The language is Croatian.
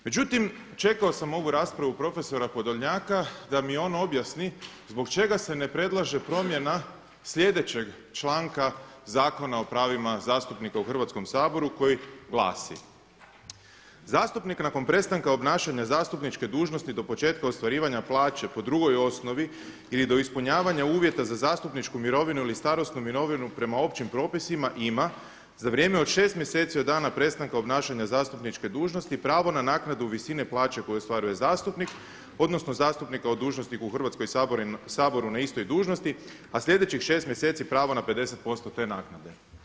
Međutim, čekao sam ovu raspravu profesora Podolnjaka da mi on objasni zbog čega se ne predlaže promjena sljedeće članka Zakona o pravima zastupnika u Hrvatskom saboru koji glasi: „Zastupnik nakon prestanka obnašanja zastupničke dužnosti do početka ostvarivanja plaće po drugoj osnovi ili do ispunjavanja uvjeta za zastupničku mirovinu ili starosnu mirovinu prema općim propisima ima za vrijeme od 6 mjeseci od dana prestanka obnašanja zastupničke dužnosti pravo na naknadu visine plaće koju ostvaruje zastupnik odnosno zastupnika o dužnosniku u Hrvatskom saboru na istoj dužnosti a sljedećih 6 mjeseci pravo na 50% te naknade.